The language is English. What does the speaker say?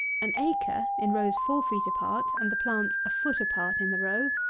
an acre in rows four feet apart and the plants a foot apart in the row,